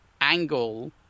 angle